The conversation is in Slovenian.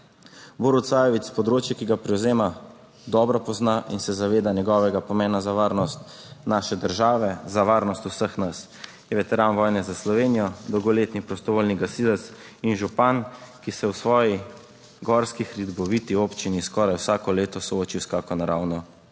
Borut Sajovic področje, ki ga prevzema, dobro pozna in se zaveda njegovega pomena za varnost naše države, za varnost vseh nas. Je veteran vojne za Slovenijo, dolgoletni prostovoljni gasilec in župan, ki se v svoji gorski hriboviti občini skoraj vsako leto sooči s kakšno naravno